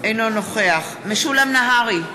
אינו נוכח משולם נהרי,